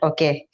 Okay